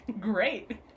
Great